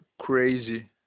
crazy